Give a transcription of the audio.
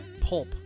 Pulp